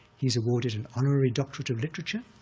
he's awarded an honorary doctorate of literature.